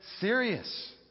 serious